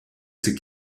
ses